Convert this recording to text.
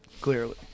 Clearly